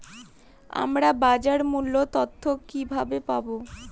আমরা বাজার মূল্য তথ্য কিবাবে পাবো?